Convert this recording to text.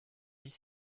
dix